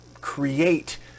create